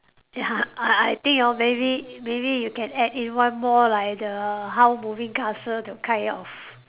ya I I think orh maybe maybe you can add in one more like the Howl moving castle the kind of